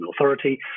Authority